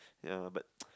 ya but